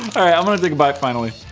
i'm gonna take a bite finally